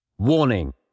Warning